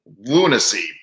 lunacy